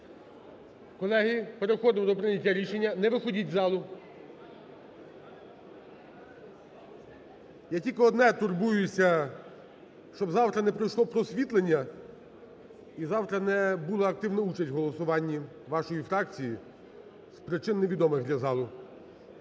Колеги, переходимо до прийняття рішення. Не виходьте з залу. Я тільки одне турбуюся, щоб завтра не прийшло просвітлення – і завтра не була активна участь в голосуванні вашої фракції з причин, не відомих для залу.